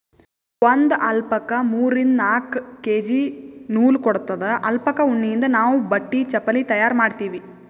ಒಂದ್ ಅಲ್ಪಕಾ ಮೂರಿಂದ್ ನಾಕ್ ಕೆ.ಜಿ ನೂಲ್ ಕೊಡತ್ತದ್ ಅಲ್ಪಕಾ ಉಣ್ಣಿಯಿಂದ್ ನಾವ್ ಬಟ್ಟಿ ಚಪಲಿ ತಯಾರ್ ಮಾಡ್ತೀವಿ